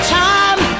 time